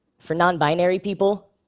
for non-binary people,